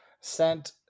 sent